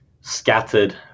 scattered